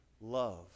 love